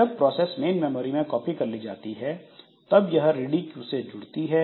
जब process main memory में copy कर ली जाती है तब यह रेडी क्यू से जुड़ती है